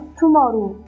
tomorrow